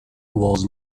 was